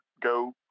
go